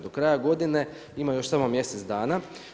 Do kraja godine ima još samo mjesec dana.